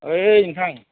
ओइ नोंथां